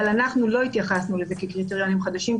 אבל אנחנו לא התייחסנו לזה כקריטריונים חדשים,